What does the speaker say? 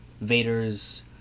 Vader's